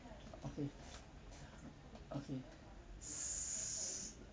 okay okay